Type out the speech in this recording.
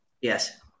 Yes